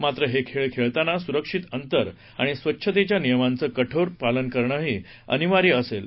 मात्र हे खेळ खेळताना सुरक्षित अंतर आणि स्वच्छतेच्या नियमांचं कोटेकोर पालन करणही अनिवार्य असेल